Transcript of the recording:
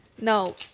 no